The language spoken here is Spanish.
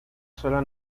sola